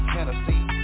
Tennessee